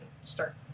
start